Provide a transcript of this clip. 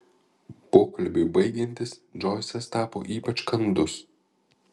pokalbiui baigiantis džoisas tapo ypač kandus